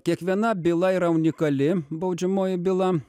kiekviena byla yra unikali baudžiamoji byla